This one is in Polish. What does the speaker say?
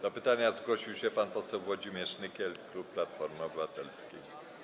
Do pytania zgłosił się pan poseł Włodzimierz Nykiel, klub Platformy Obywatelskiej.